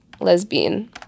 Lesbian